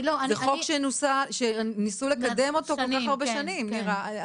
זה חוק שניסו לקדם אותו כל כך הרבה שנים נירה.